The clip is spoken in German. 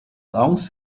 angst